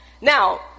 now